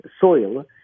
soil